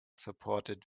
supported